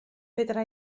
fedra